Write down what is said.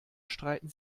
streiten